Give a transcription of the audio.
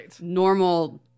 normal